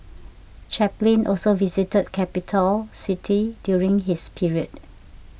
Chaplin also visited Capitol City during his period